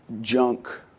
junk